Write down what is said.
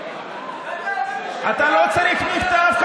אתה לא צריך מכתב,